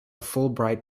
fulbright